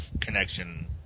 connection